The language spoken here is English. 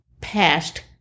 past